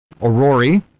Aurori